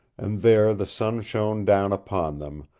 and there the sun shone down upon them,